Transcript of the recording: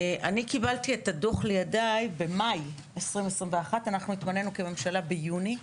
אני קיבלתי את הדוח לידיי במאי 2021. אנחנו כוננו כממשלה ביוני.